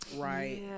Right